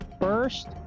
first